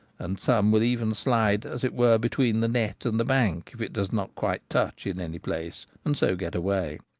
and some will even slide as it were between the net and the bank if it does not quite touch in any place, and so get away.